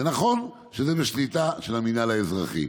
זה נכון שזה בשליטה של המינהל האזרחי,